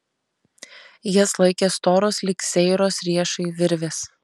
jas laikė storos lyg seiros riešai virvės